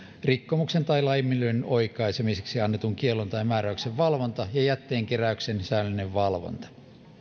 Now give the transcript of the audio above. rikkomuksen tai laiminlyönnin oikaisemiseksi annetun kiellon tai määräyksen valvonta ja jätteen keräyksen säännöllinen valvonta